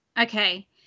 Okay